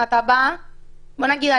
בוא נגיד,